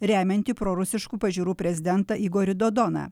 remianti prorusiškų pažiūrų prezidentą igorį dodoną